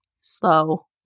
slow